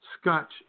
Scotch